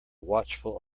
watchful